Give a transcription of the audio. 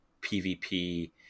PVP